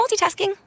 multitasking